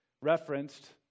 referenced